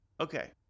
Okay